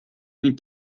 ning